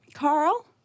Carl